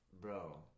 bro